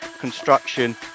construction